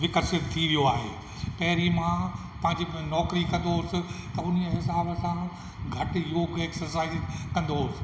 विकसित थी वियो आहे पहिरीं मां पंहिंजी नौकिरी कंदो होसि त उन्हीअ हिसाब सां घटि योगु एक्ससाईज़ कंदो होसि